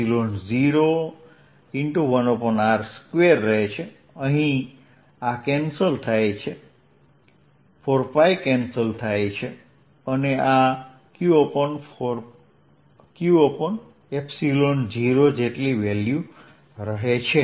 ds4πr2q4π01r2 છે અહીં આ કેન્સલ થાય છે 4π કેન્સલ થાય છે અને આ q0 બને છે